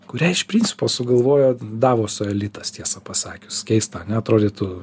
kurią iš principo sugalvojo davoso elitas tiesą pasakius keista ane atrodytų